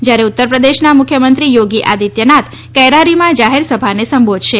જયારે ઉત્તરપ્રદેશના મુખ્યમંત્રી ચોગી આદિત્યનાથ કૈરારીમાં જાહેર સભાને સંબોધશે